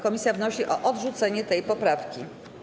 Komisja wnosi o odrzucenie tej poprawki.